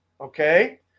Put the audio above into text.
okay